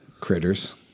Critters